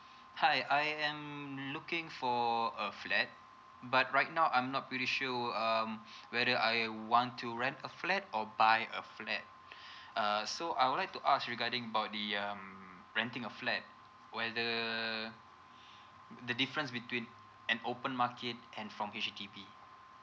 hi I am looking for a flat but right now I'm not very sure um whether I want to rent a flat or buy a flat err so I would like to ask regarding about the um renting a flat whether the difference between an open market and from H_D_B